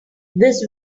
this